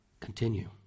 continue